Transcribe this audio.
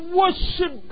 worship